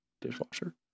dishwasher